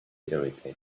irritated